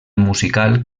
musical